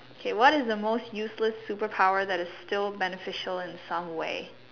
okay what is the most useless superpower that is still beneficial in some way